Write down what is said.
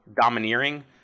domineering